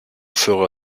fera